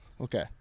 Okay